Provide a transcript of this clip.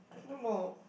I don't know